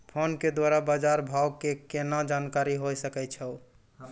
Phone के द्वारा बाज़ार भाव के केना जानकारी होय सकै छौ?